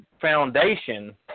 foundation